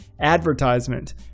advertisement